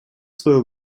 свое